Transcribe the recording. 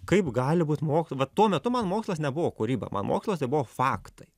kaip gali būt mok va tuo metu man mokslas nebuvo kūryba man mokslas tai buvo faktai